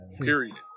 period